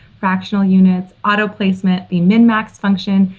fractional units, auto placement, the minmax function,